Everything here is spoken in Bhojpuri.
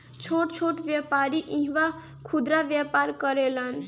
छोट छोट व्यापारी इहा खुदरा व्यापार करेलन